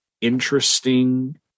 interesting